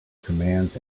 commands